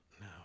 No